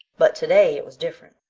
but today it was different.